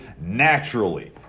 naturally